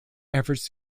efforts